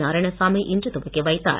நாராயணசாமி இன்று துவக்கி வைத்தார்